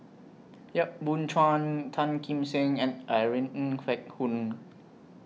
Yap Boon Chuan Tan Kim Seng and Irene Ng Phek Hoong